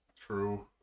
True